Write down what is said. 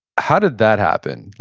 how did that happen?